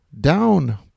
down